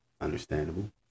understandable